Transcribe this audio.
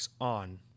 On